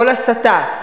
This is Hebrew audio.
כל הסתה.